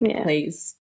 please